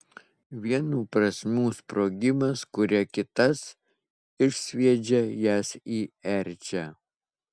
vienų prasmių sprogimas kuria kitas išsviedžia jas į erčią